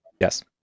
Yes